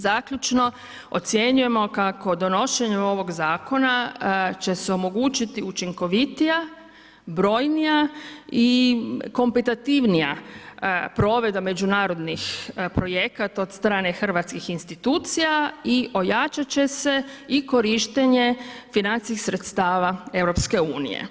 Zaključno ocjenjujemo kako donošenje ovog zakona, će se omogućiti učinkovitija, brojnija i kompetitivnija provedba međunarodnih projekata od strane hrvatskih institucija i ojačati će se i korištenje financijskih sredstava EU.